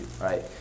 right